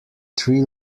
three